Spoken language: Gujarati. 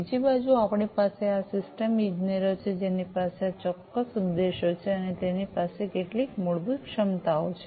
બીજી બાજુ આપણી પાસે આ સિસ્ટમ ઇજનેરો છે જેની પાસે ચોક્કસ ઉદ્દેશો છે અને તેમની પાસે કેટલીક મૂળભૂત ક્ષમતાઓ છે